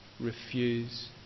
refuse